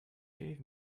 gave